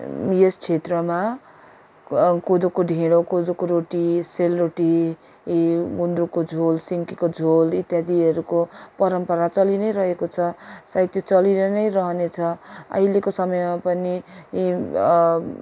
यस क्षेत्रमा कोदोको ढिँडो कोदोको रोटी सेलरोटी यी गुन्द्रुकको झोल सिन्कीको झोल इत्यादिहरूको परम्परा चलि नै रहेको छ सायद त्यो चलि र नै रहने छ अहिलेको समयमा पनि यी